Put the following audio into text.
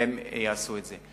והם יעשו את זה.